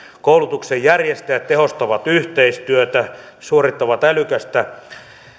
koulutuksen järjestäjät tehostavat yhteistyötä ja järjestävät älykästä